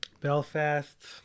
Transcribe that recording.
Belfast